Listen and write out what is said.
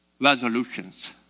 resolutions